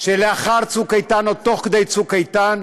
שלאחר צוק איתן, או תוך כדי צוק איתן,